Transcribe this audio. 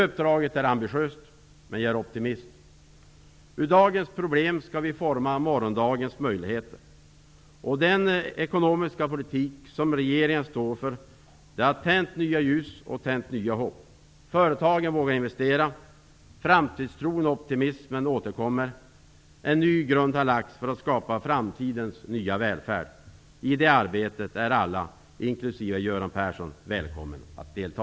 Uppdraget är ambitiöst, men jag är optimist. Ur dagens problem skall vi forma morgondagens möjligheter. Den ekonomiska politik som regeringen står för har tänt nya ljus och nya hopp. Företagen vågar investera. Framtidstron och optimismen återkommer. En ny grund har lagts för att skapa framtidens nya välfärd. I det arbetet är alla, inklusive Göran Persson, välkomna att delta.